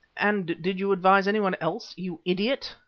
and did you advise anyone else, you idiot?